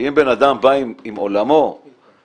שאם בן אדם בא עם עולמו התוכני,